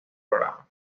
programa